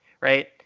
Right